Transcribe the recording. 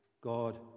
God